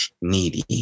needy